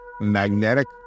magnetic